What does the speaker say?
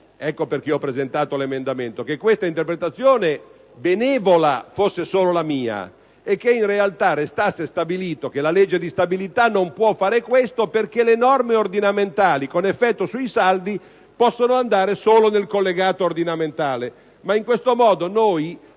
ecco perché ho presentato l'emendamento - che questa interpretazione benevola fosse solo mia e che, in realtà, restasse stabilito che la legge di stabilità non può fare ciò perché le norme ordinamentali con effetto sui saldi possono essere inserite solo nel collegato ordinamentale;